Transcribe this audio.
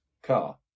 Car